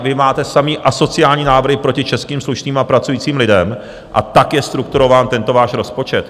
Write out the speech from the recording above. Vy máte samé asociální návrhy proti českým slušným a pracujícím lidem a tak je strukturován tento váš rozpočet.